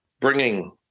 bringing